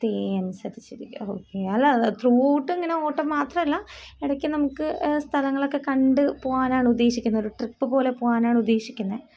തീയതി അനുസരിച്ചിരിക്കും ഓക്കേ അല്ല ത്രൂഔട്ട് ഇങ്ങനെ ഓട്ടം മാത്രമല്ല ഇടയ്ക്ക് നമുക്ക് സ്ഥലങ്ങളൊക്കെ കണ്ട് പോവാനാണ് ഉദ്ദേശിക്കുന്നത് ട്രിപ്പ് പോലെ പോവാനാണ് ഉദ്ദേശിക്കുന്നത്